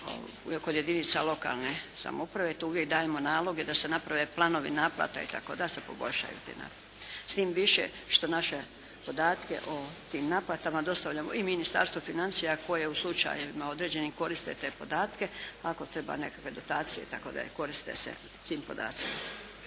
kod jedinica lokalne samouprave. Tu uvijek dajemo naloge da se naprave planovi naplate itd. da se poboljšaju. S tim više što naše podatke o tim naplatama dostavljamo i Ministarstvu financija koje u slučajevima određenim koriste te podatke, ako treba nekakve dotacije tako da koriste se tim podacima.